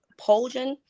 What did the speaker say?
Poljan